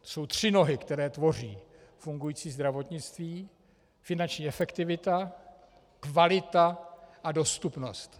Jsou tři nohy, které tvoří fungující zdravotnictví: finanční efektivita, kvalita a dostupnost.